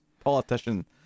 politician